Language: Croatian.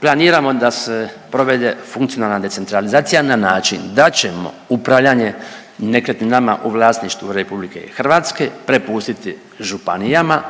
planiramo da se provede funkcionalna decentralizacija na način da ćemo upravljanje nekretninama u vlasništvu RH prepustiti županijama